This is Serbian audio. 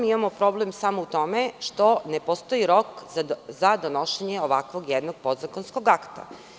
Imamo problem samo u tome što ne postoji rok za donošenje jednog ovakvog podzakonskog akta.